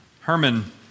Herman